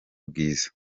bwiza